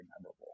memorable